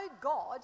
God